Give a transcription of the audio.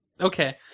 Okay